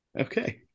Okay